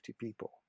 people